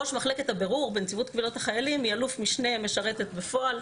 ראש מחלקת הבירור בנציבות קבילות החיילים היא אלוף משנה משרתת בפועל.